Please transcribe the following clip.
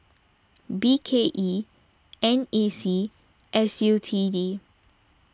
B K E N A C S U T D